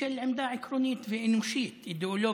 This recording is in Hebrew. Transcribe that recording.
בשל עמדה עקרונית ואנושית, אידיאולוגית.